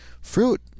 fruit